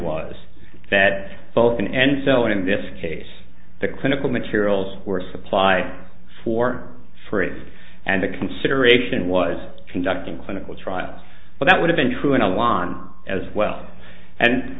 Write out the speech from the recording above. was that both in and so in this case the clinical materials were supply for free and the consideration was conducting clinical trials but that would have been true and i won as well and